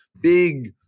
Big